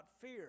fear